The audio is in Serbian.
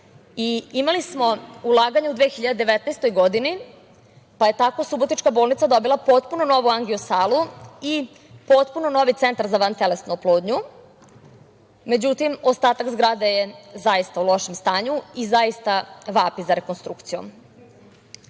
i imali smo ulaganja u 2019. godini, pa je tako subotička bolnica dobila potpuno novu angio salu i potpuno novi centar za vantelesnu oplodnju. Međutim, ostatak zgrade je zaista u lošem stanju i zaista vapi za rekonstrukcijom. Subotička